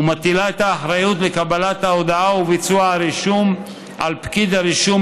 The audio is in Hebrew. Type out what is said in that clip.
ומטילה את האחריות לקבלת ההודעה וביצוע הרישום על פקיד הרישום,